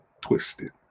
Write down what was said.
twisted